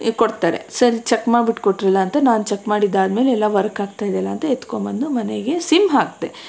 ಕೊಡ್ತಾರೆ ಸರಿ ಚೆಕ್ ಮಾಡ್ಬಿಟ್ಟು ಕೊಟ್ರಲ್ಲ ಅಂತ ನಾನು ಚೆಕ್ ಮಾಡಿದ್ದಾದ್ಮೇಲೆ ಎಲ್ಲ ವರ್ಕ್ ಆಗ್ತಾಯಿದೆಯಲ್ಲ ಅಂತ ಎತ್ಕೊಂಡ್ಬಂದು ಮನೆಗೆ ಸಿಮ್ ಹಾಕಿದೆ